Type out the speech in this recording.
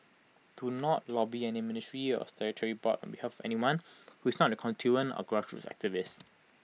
do not lobby any ministry or statutory board on behalf of anyone who is not your constituent or grassroots activist